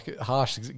harsh